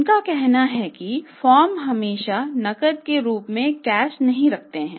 उनका कहना है कि फ़र्म हमेशा नकद के रूप में कैश नहीं रखते हैं